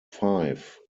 five